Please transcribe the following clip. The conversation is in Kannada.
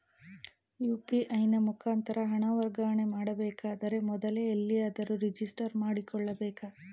ಯು.ಪಿ.ಐ ನ ಮುಖಾಂತರ ಹಣ ವರ್ಗಾವಣೆ ಮಾಡಬೇಕಾದರೆ ಮೊದಲೇ ಎಲ್ಲಿಯಾದರೂ ರಿಜಿಸ್ಟರ್ ಮಾಡಿಕೊಳ್ಳಬೇಕಾ?